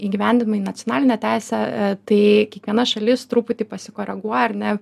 įgyvendina į nacionalinę teisę tai kiekviena šalis truputį pasikoreguoja ar ne